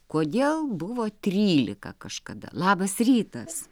kodėl buvo trylika kažkada labas rytas